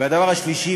והדבר השלישי,